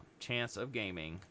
Chanceofgaming